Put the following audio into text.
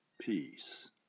peace